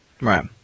Right